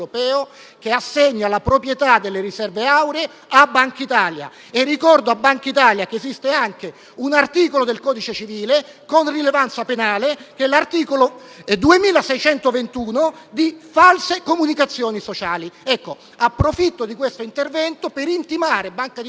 che assegna la proprietà delle riserve auree a Bankitalia. Ricordo a Bankitalia che esiste anche un articolo del codice civile con rilevanza penale (articolo 2621) relativo al reato di false comunicazioni sociali. Approfitto di questo intervento per intimare a Banca d'Italia